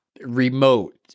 remote